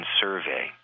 Survey